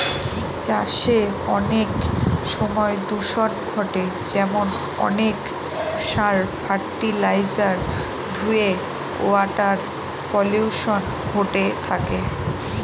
চাষে অনেক সময় দূষন ঘটে যেমন অনেক সার, ফার্টিলাইজার ধূয়ে ওয়াটার পলিউশন ঘটে থাকে